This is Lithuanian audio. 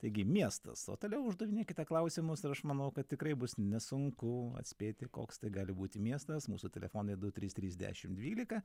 taigi miestas o toliau uždavinėkite klausimus ir aš manau kad tikrai bus nesunku atspėti koks tai gali būti miestas mūsų telefonai du trys trys dešim dvylika